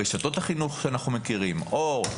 רשתות החינוך שאנחנו מכירים: אורט,